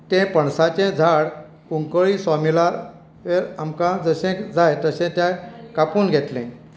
तें पणसाचें झाड कुंकळ्ळी सॉ मिलार आमकां जशें जाय तशें त्या कापून घेतलें